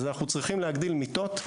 אז אנחנו צריכים להגדיל את מספר המיטות.